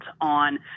on